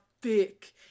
thick